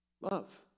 love